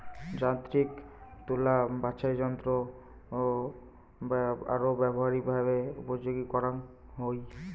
যান্ত্রিক তুলা বাছাইযন্ত্রৎ আরো ব্যবহারিকভাবে উপযোগী করাঙ হই